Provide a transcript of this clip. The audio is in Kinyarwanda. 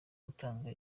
gutanga